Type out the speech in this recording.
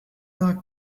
doc